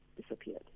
disappeared